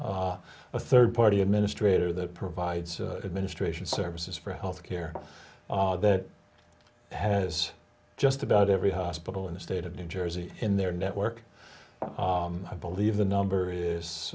more a third party administrator that provides administration services for health care that has just about every hospital in the state of new jersey in their network i believe the number is